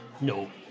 No